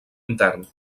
intern